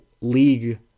league